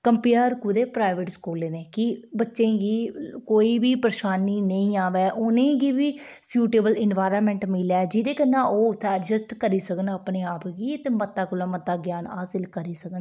compare कोह्दे private स्कूलें दे कि बच्चें गी कोई बी परेशानी नेईं आवै उ'नें गी बी सूटेबल इन्वायरनमेंट मिले जेह्दे कन्नै ओह् उत्थै ऐडजस्ट करी सकन अपने आप गी ते मते कोला मता ज्ञान हासिल करी सकन